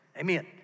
Amen